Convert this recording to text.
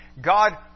God